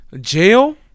Jail